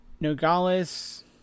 Nogales